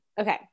okay